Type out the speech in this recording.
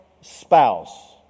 spouse